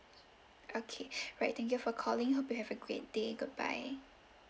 okay right thank you for calling hope you have a great day goodbye